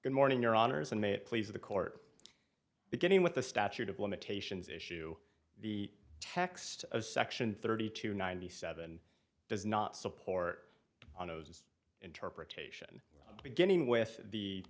good morning your honors and may it please the court beginning with the statute of limitations issue the text of section thirty two ninety seven does not support on those interpretation beginning with the